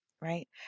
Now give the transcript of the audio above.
right